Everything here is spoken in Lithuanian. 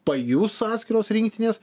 pajus atskiros rinktinės